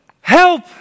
help